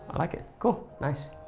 i like it. cool, nice.